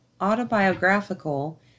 autobiographical